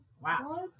Wow